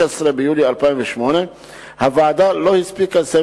16 ביולי 2008. הוועדה לא הספיקה לסיים